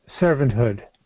servanthood